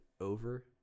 over